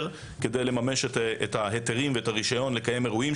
כדי לממש את ההיתרים ואת הרישיון לקיים אירועים,